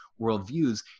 worldviews